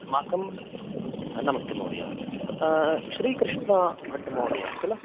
अस्माकं नमस्ते महोदय श्रीकृष्णभट् महोदय खिल